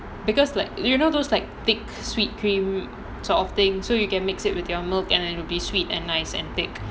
because like you know those like thick sweet cream sort of thing so you can mix it with your milk and it will be sweet and nice and thick